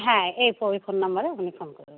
হ্যাঁ এই phone number আপনি ফোন করবেন